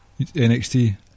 NXT